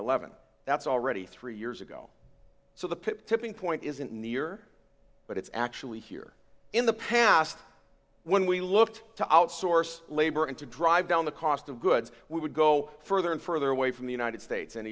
eleven that's already three years ago so the tipping point isn't near but it's actually here in the past when we looked to outsource labor and to drive down the cost of goods we would go further and further away from the united states and